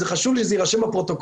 חשוב לי שזה יירשם בפרוטוקול,